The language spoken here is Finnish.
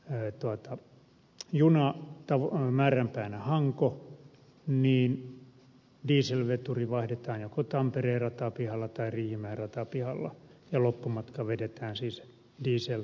nyt kun kemistä lähtee juna määränpäänä hanko niin dieselveturi vaihdetaan joko tampereen ratapihalla tai riihimäen ratapihalla ja loppumatka vedetään siis dieselvetoisesti